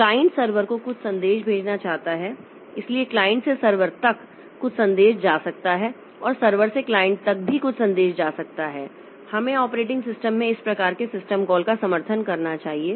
client server को कुछ संदेश भेजना चाहता है इसलिए क्लाइंट से सर्वर तक कुछ संदेश जा सकता है और सर्वर से क्लाइंट तक भी कुछ संदेश जा सकता है हमें ऑपरेटिंग सिस्टम में इस प्रकार के सिस्टम कॉल का समर्थन करना चाहिए